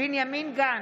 בנימין גנץ,